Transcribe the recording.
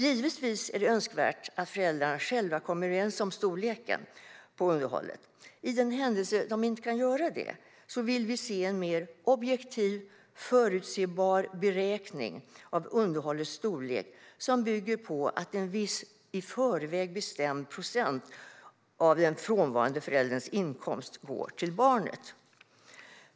Givetvis är det önskvärt att föräldrarna själva kommer överens om storleken på underhållet. I den händelse de inte kan göra det vill vi se en mer objektiv och förutsebar beräkning av underhållets storlek, som bygger på att en viss i förväg bestämd procent av den frånvarande förälderns inkomst går till barnet.